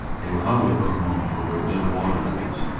they would hover for a moment over a bed of water-lilies,